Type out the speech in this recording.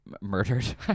Murdered